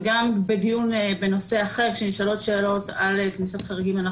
וגם בדיון בנושא אחר כשנשאלות שאלות על כניסת חריגים,